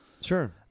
Sure